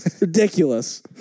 ridiculous